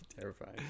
Terrifying